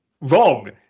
Wrong